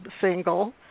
single